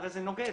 הרי זה נוגד,